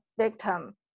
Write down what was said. victim